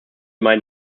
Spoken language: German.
meinen